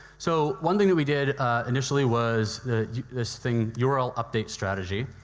so one thing that we did initially was that this thing, yeah url update strategy.